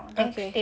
okay